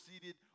seated